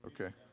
Okay